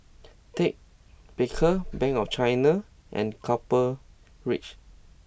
Ted Baker Bank of China and Copper Ridge